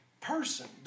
person